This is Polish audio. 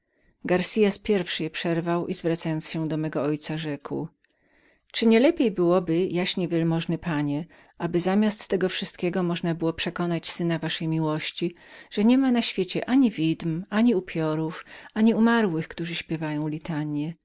milczenie garcias pierwszy go przerwał i zwracając się do mego ojca rzekł czy nie lepiej byłoby jaśnie wielmożny panie aby zamiast tego wszystkiego można było przekonać syna waszej miłości że niema na świecie ani widm ani upiorów ani umarłych którzy śpiewają litanije